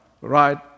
right